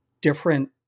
different